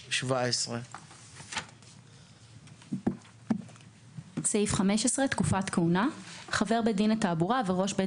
17. תקופת כהונה 115. חבר בית דין לתעבורה וראש בית